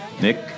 Nick